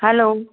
hello